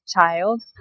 child